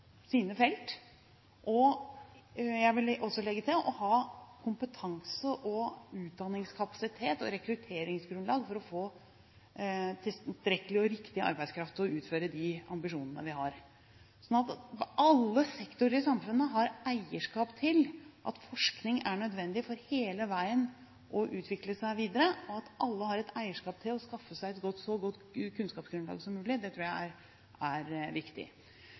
sine felt, og – jeg vil også legge til – å ha kompetanse, utdanningskapasitet og rekrutteringsgrunnlag for å få tilstrekkelig og riktig arbeidskraft for å utføre de ambisjonene vi har. Jeg tror det er viktig at alle sektorer i samfunnet har eierskap til at forskning er nødvendig for hele veien å utvikle seg videre, og at alle har et eierskap til å skaffe seg et så godt kunnskapsgrunnlag som mulig. Det